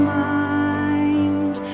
mind